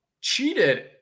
cheated